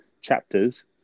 Chapters